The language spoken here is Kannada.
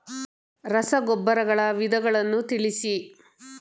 ರಸಗೊಬ್ಬರಗಳ ವಿಧಗಳನ್ನು ತಿಳಿಸಿ?